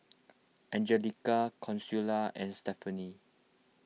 Angelica Consuela and Stephanie